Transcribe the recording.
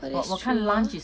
oh that's true